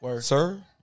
sir